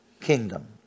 kingdom